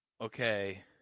okay